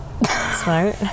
Smart